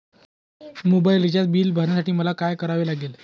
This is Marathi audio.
मोबाईल रिचार्ज बिल भरण्यासाठी मला काय करावे लागेल?